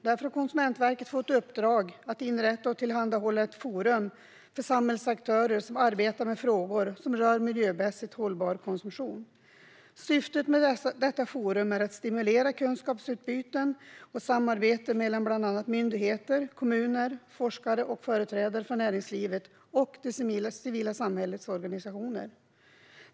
Därför har Konsumentverket fått i uppdrag att inrätta och tillhandahålla ett forum för samhällsaktörer som arbetar med frågor som rör miljömässigt hållbar konsumtion. Syftet med detta forum är att stimulera kunskapsutbyten och samarbeten mellan bland annat myndigheter, kommuner, forskare och företrädare för näringslivet och det civila samhällets organisationer.